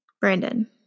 Brandon